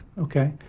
Okay